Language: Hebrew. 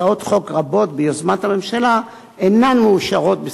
הצעות חוק רבות ביוזמת הממשלה אינן מאושרות בכנסת,